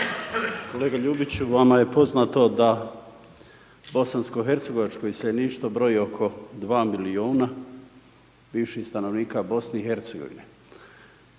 Kolega Ljubić, vama je poznato da bosansko hercegovačko iseljeništvo broji oko 2 milijuna bivših stanovnika BIH. Od toga je